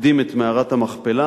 פוקדים את מערת המכפלה,